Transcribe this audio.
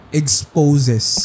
exposes